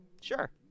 sure